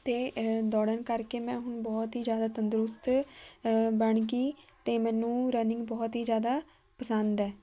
ਅਤੇ ਦੌੜਨ ਕਰਕੇ ਮੈਂ ਹੁਣ ਬਹੁਤ ਹੀ ਜ਼ਿਆਦਾ ਤੰਦਰੁਸਤ ਬਣ ਗਈ ਅਤੇ ਮੈਨੂੰ ਰਨਿੰਗ ਬਹੁਤ ਹੀ ਜ਼ਿਆਦਾ ਪਸੰਦ ਹੈ